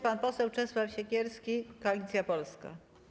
Pan poseł Czesław Siekierski, Koalicja Polska.